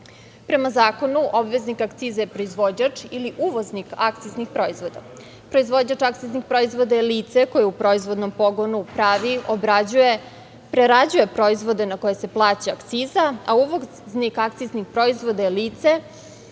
zakonu, obveznik akciza je proizvođač ili uvoznik akciznih proizvoda. Proizvođač akciznih proizvoda je lice koje u proizvodnom pogonu pravi, obrađuje, prerađuje proizvode na koje se plaća akciza, a uvoznik akciznih proizvoda je lice